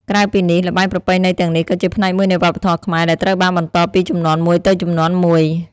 ក្រៅពីនេះ ល្បែងប្រពៃណីទាំងនេះក៏ជាផ្នែកមួយនៃវប្បធម៌ខ្មែរ ដែលត្រូវបានបន្តពីជំនាន់មួយទៅជំនាន់មួយ។